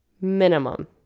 Minimum